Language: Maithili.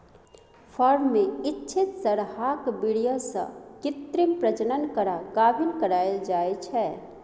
फर्म मे इच्छित सरहाक बीर्य सँ कृत्रिम प्रजनन करा गाभिन कराएल जाइ छै